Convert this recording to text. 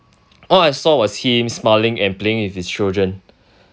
all I saw was him smiling and playing with his children